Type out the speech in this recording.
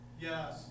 Yes